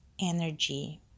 energy